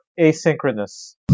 asynchronous